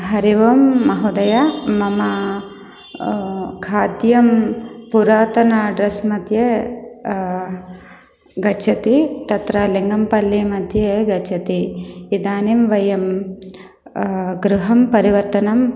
हरिः ओं महोदया मम खाद्यं पुरातने अड्रेस् मध्ये गच्छति तत्र लिङ्गम्पल्लि मध्ये गच्छति इदानीं वयं गृहं परिवर्तनं